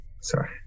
sorry